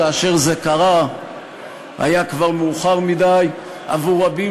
כאשר זה קרה כבר היה מאוחר מדי עבור רבים